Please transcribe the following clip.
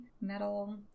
metal